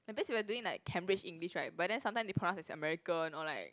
and base we are doing like Cambridge English right but then sometime they pronounce as American or like